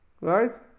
Right